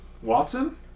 Watson